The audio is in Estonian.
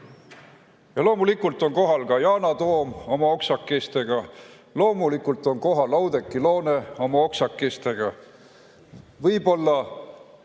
Loomulikult on kohal ka Yana Toom oma oksakestega. Loomulikult on kohal Oudekki Loone oma oksakestega. Võib-olla